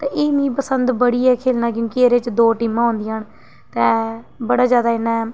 ते एह् मिकी पंसद बड़ी ऐ खेलना क्योंकि एह्दे च दो टीमा होंदियां न ते बड़ा ज्यादा इ'यां